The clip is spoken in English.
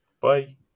Bye